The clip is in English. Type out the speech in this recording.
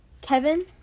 Kevin